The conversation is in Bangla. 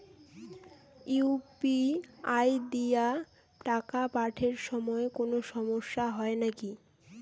ইউ.পি.আই দিয়া টাকা পাঠের সময় কোনো সমস্যা হয় নাকি?